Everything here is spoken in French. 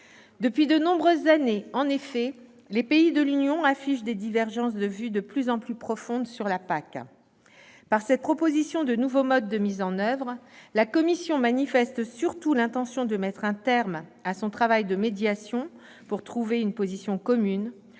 Depuis de nombreuses années, en effet, les pays de l'Union affichent des divergences de vues de plus en plus profondes sur la PAC. Par cette proposition d'un nouveau mode de mise en oeuvre, la Commission manifeste surtout l'intention de mettre un terme à son travail de médiation pour trouver une position commune,